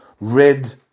red